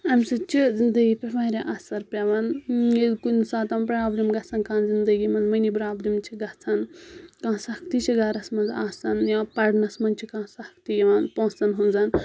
امہِ سۭتۍ چھُ زِندگی پؠٹھ واریاہ اَثر پؠوان ییٚلہِ کُنہِ ساتن پرابلِم گَژھان کانٛہہ زِندگی منز مٔنی پرابلِم چھ گَژھان کانہہ سختی چھ گرَس منز آسان یا پرنَس منز چھ کانہہ سختی یِوان پونسن ہٕنز